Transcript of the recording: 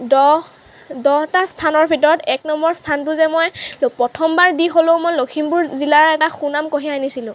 দহ দহটা স্থানৰ ভিতৰত এক নম্বৰ স্থানটো যে মই প্ৰথমবাৰ দি হ'লেও মই লখিমপুৰ জিলাৰ এটা সুনাম কঢ়িয়াই আনিছিলোঁ